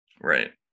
Right